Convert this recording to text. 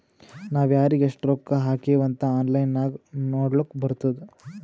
ನಾವ್ ಯಾರಿಗ್ ಎಷ್ಟ ರೊಕ್ಕಾ ಹಾಕಿವ್ ಅಂತ್ ಆನ್ಲೈನ್ ನಾಗ್ ನೋಡ್ಲಕ್ ಬರ್ತುದ್